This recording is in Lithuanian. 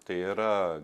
tai yra